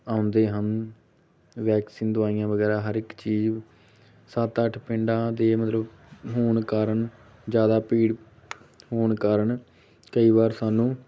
ਆਉਂਦੇ ਹਨ ਵੈਕਸੀਨ ਦਵਾਈਆਂ ਵਗੈਰਾ ਹਰ ਇੱਕ ਚੀਜ਼ ਸੱਤ ਅੱਠ ਪਿੰਡਾਂ ਦੇ ਮਤਲਬ ਹੋਣ ਕਾਰਣ ਜ਼ਿਆਦਾ ਭੀੜ ਹੋਣ ਕਾਰਣ ਕਈ ਵਾਰ ਸਾਨੂੰ